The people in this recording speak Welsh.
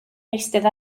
eistedd